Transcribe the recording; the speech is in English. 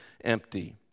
empty